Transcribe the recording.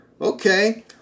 Okay